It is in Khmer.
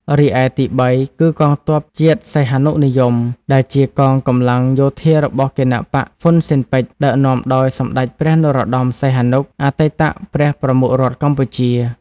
រីឯទីបី គឺកងទ័ពជាតិសីហនុនិយម ដែលជាកងកម្លាំងយោធារបស់គណបក្សហ៊្វុនស៊ិនប៉ិច ដឹកនាំដោយសម្ដេចព្រះនរោត្ដម សីហនុ អតីតព្រះប្រមុខរដ្ឋកម្ពុជា។